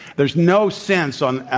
there's no sense on,